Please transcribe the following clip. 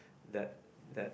that that